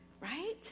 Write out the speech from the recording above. right